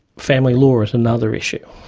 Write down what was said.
family law is another issue.